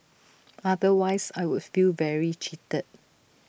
otherwise I would feel very cheated